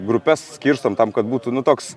grupes skirstom tam kad būtų nu toks